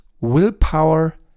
willpower